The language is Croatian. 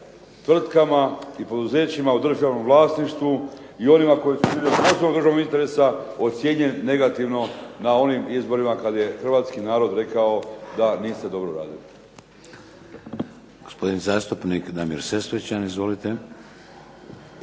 tvrtkama i poduzećima u državnom vlasništvu i onima koji … /Govornik se ne razumije./…. ocijenjen negativno na onim izborima kad je hrvatski narod rekao da niste dobro radili. **Šeks, Vladimir (HDZ)** Gospodin zastupnik Damir Sesvečan, izvolite.